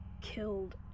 killed